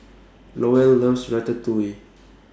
Lowell loves Ratatouille